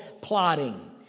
plotting